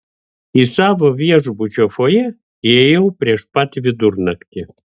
į savo viešbučio fojė įėjau prieš pat vidurnaktį